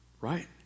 right